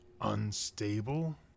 unstable